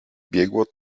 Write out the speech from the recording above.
biegło